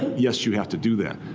yes, you have to do that.